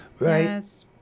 Yes